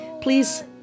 Please